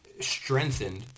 strengthened